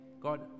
God